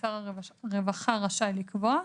ששר הרווחה רשאי לקבוע.